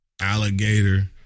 Alligator